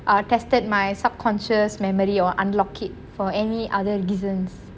uh tested my subconscious memory or unlock it for any other reasons